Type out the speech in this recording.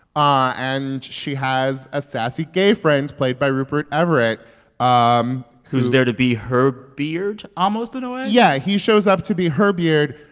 ah and she has a sassy gay friend played by rupert everett who. um who's there to be her beard almost in a way yeah, he shows up to be her beard.